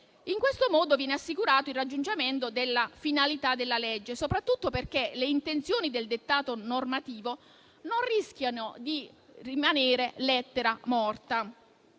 In questo modo viene assicurato il raggiungimento della finalità della legge, affinché le intenzioni del dettato normativo non rimangano lettera morta.